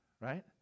right